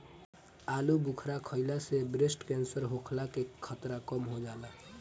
आलूबुखारा खइला से ब्रेस्ट केंसर होखला के खतरा कम हो जाला